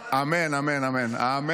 אני מאחל לך שכל החיים תצטרך --- אמן, אמן, אמן.